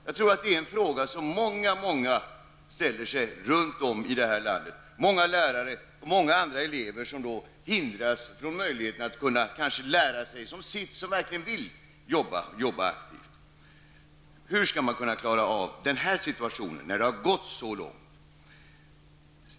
Jag tror att det är en fråga som många runt om här i landet ställer sig -- många lärare och många andra elever som verkligen vill jobba aktivt och som hindras att lära sig. Hur skall man kunna klara av den här situationen när det har gått så långt?